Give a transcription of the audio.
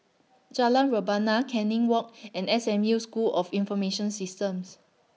Jalan Rebana Canning Walk and S M U School of Information Systems